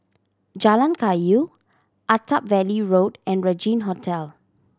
Jalan Kayu Attap Valley Road and Regin Hotel